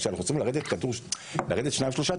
כשאנחנו רוצים לרדת 2 3 ק"ג,